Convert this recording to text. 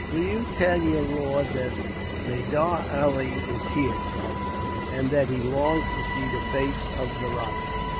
will you tell your lord that nadir ali is here, charlie said, and that he longs to see the face of the rajah.